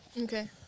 Okay